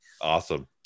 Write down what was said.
Awesome